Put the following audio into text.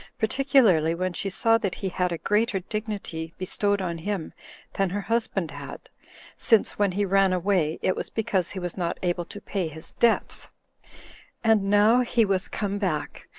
particularly when she saw that he had a greater dignity bestowed on him than her husband had since, when he ran away, it was because he was not able to pay his debts and now he was come back,